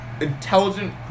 intelligent